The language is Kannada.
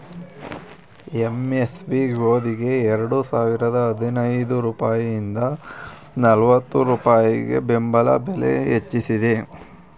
ಎಂ.ಎಸ್.ಪಿ ಗೋದಿಗೆ ಎರಡು ಸಾವಿರದ ಹದಿನೈದು ರೂಪಾಯಿಂದ ನಲ್ವತ್ತು ರೂಪಾಯಿ ಬೆಂಬಲ ಬೆಲೆ ಹೆಚ್ಚಿಸಿದೆ